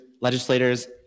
legislators